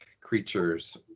creatures